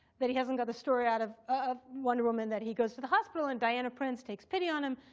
that he hasn't got the story out of ah wonder woman that he goes to the hospital. and diana prince takes pity on him,